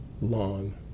long